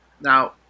Now